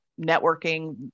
networking